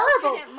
terrible